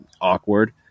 awkward